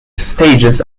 stages